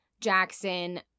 Jackson